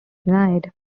denied